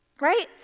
Right